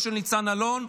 בראשותם של ניצן אלון,